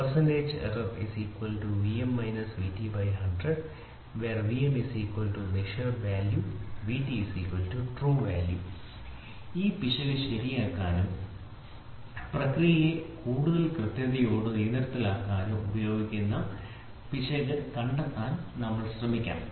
Error Vm Vt 100 Where Vm Measured value Vt True value ഈ പിശക് ശരിയാക്കാനും പ്രക്രിയയെ കൂടുതൽ കൃത്യതയോടെയും നിയന്ത്രണത്തിലാക്കാനും ഉപയോഗിക്കുന്ന പിശക് കണ്ടെത്താൻ ഞങ്ങൾ ശ്രമിക്കും